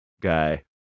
guy